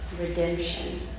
redemption